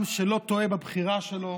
עם שלא טועה בבחירה שלו.